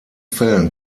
fällen